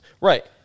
Right